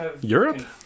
europe